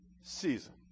season